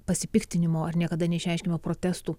pasipiktinimo ar niekada neišreiškėme protestų